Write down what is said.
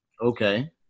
Okay